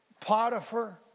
Potiphar